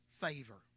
favor